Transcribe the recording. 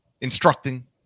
instructing